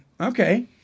okay